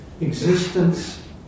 existence